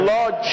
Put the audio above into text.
Lord